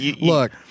Look